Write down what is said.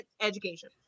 education